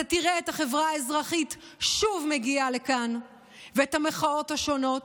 אתה תראה את החברה האזרחית שוב מגיעה לכאן ואת המחאות השונות.